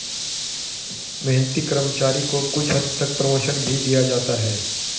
मेहनती कर्मचारी को कुछ हद तक प्रमोशन भी दिया जाता है